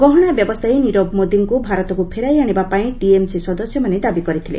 ଗହଶା ବ୍ୟବସାୟୀ ନିରବ ମୋଦିଙ୍କୁ ଭାରତକୁ ଫେରାଇ ଆଶିବାପାଇଁ ଟିଏମ୍ସି ସଦସ୍ୟମାନେ ଦାବି କରିଥିଲେ